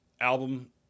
album